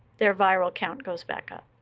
their viral count goes back up.